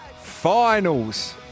Finals